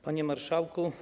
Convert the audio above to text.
Panie Marszałku!